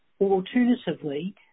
alternatively